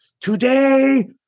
today